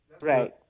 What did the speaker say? Right